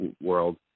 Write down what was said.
world